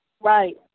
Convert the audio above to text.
Right